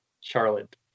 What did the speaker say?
charlotte